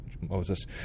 Moses